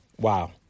Wow